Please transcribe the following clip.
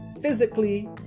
physically